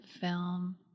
film